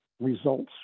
results